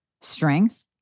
strength